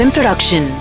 Production